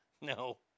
No